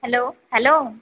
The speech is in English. hello hello